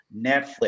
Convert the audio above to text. Netflix